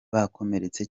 bakomeretse